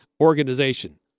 organization